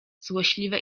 złośliwe